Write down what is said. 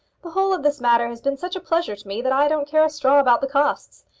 the whole of this matter has been such a pleasure to me that i don't care a straw about the costs.